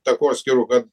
takoskyrų kad